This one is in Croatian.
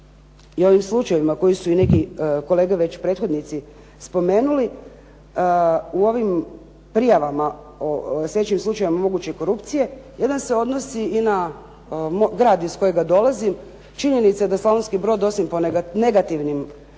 i ovim slučajevima koji su i neki kolege već prethodnici spomenuli, u ovim prijavama …/Govornica se ne razumije./… moguće korupcije jedan se odnosi i na grad iz kojega dolazim. Činjenica je da Slavonski brod osim po negativnim stvarima